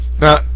Now